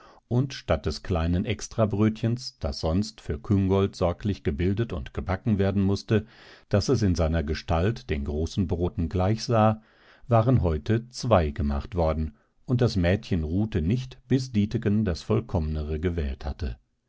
und statt des kleinen extrabrötchens das sonst für küngolt sorglich gebildet und gebacken werden mußte daß es in seiner gestalt den großen broten gleichsah waren heute zwei gemacht worden und das mädchen ruhte nicht bis dietegen das vollkommnere gewählt hatte